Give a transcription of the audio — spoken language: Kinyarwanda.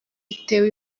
itewe